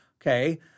okay